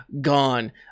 gone